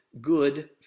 Good